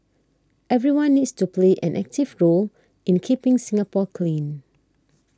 everyone needs to play an active role in keeping Singapore clean